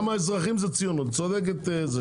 גם האזרחים זה ציונות, צודקת.